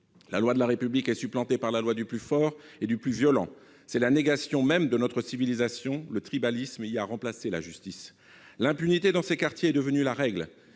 La loi de la République est supplantée par la loi du plus fort et du plus violent. C'est la négation même de notre civilisation ; le tribalisme a remplacé la justice. L'impunité est devenue la règle